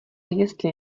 jestli